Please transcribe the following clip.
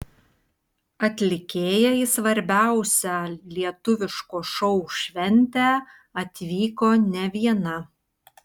atlikėja į svarbiausią lietuviško šou šventę atvyko ne viena